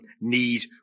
need